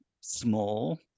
small